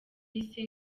isi